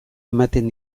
ematen